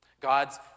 God's